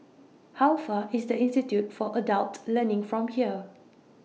How Far IS The Institute For Adult Learning from here